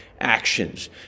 actions